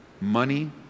money